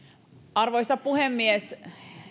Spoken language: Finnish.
arvoisa puhemies